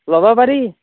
ল'ব পাৰি